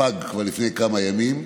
פגו כבר לפני כמה ימים,